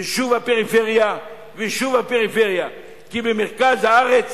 ושוב הפריפריה ושוב הפריפריה, כי במרכז הארץ